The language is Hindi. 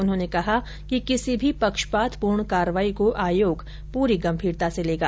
उन्होंने कहा कि किसी भी पक्षपातपूर्ण कार्रवाई को आयोग पूरी गंभीरता से लेगा